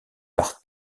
par